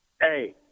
Hey